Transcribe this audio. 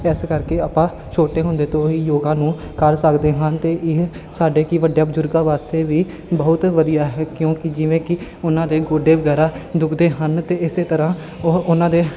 ਇਸ ਕਰਕੇ ਆਪਾਂ ਛੋਟੇ ਹੁੰਦੇ ਤੋਂ ਹੀ ਯੋਗਾ ਨੂੰ ਕਰ ਸਕਦੇ ਹਨ ਅਤੇ ਇਹ ਸਾਡੇ ਕਿ ਵੱਡੇ ਬਜ਼ੁਰਗਾਂ ਵਾਸਤੇ ਵੀ ਬਹੁਤ ਵਧੀਆ ਹੈ ਕਿਉਂਕਿ ਜਿਵੇਂ ਕਿ ਉਹਨਾਂ ਦੇ ਗੋਡੇ ਵਗੈਰਾ ਦੁੱਖਦੇ ਹਨ ਅਤੇ ਇਸੇ ਤਰ੍ਹਾਂ ਉਹ ਉਹਨਾਂ ਦੇ